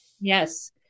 Yes